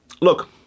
Look